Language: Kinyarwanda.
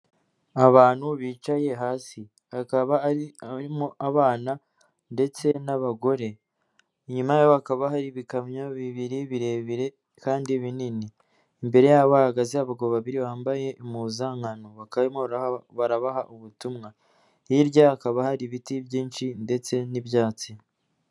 Abantu bicaye hasi; akaba harimo abana ndetse n'abagore, inyuma ha bakaba hari ibikamyo bibiri birebire kandi binini, imbere yabo hahagaze abagabo babiri bambaye impuzankano bakaba barimo barabaha ubutumwa, hirya hakaba hari ibiti byinshi ndetse n'ibyatsi.